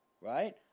right